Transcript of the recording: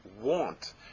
want